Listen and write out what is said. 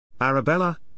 Arabella